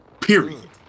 period